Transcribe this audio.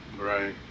right